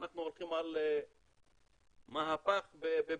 אנחנו הולכים על מהפך בבריאות.